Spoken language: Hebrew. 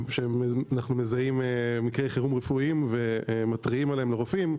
אנחנו מזהים מקרי חירום רפואיים ומתריעים אליהם לרופאים.